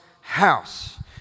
house